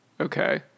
Okay